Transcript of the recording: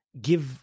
give